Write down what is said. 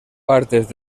partes